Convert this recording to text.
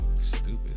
stupid